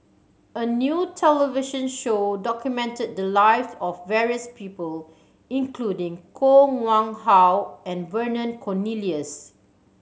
a new television show documented the lives of various people including Koh Nguang How and Vernon Cornelius